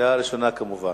אדוני, לקריאה ראשונה, כמובן.